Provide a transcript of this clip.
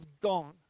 gone